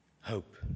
hope